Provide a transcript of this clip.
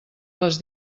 les